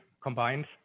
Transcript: combined